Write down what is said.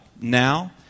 Now